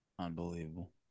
Unbelievable